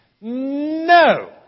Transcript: no